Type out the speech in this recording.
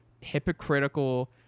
hypocritical